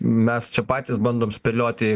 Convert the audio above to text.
mes čia patys bandom spėlioti